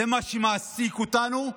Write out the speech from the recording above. זה מה שמעסיק אותנו,